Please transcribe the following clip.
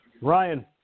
Ryan